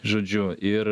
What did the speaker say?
žodžiu ir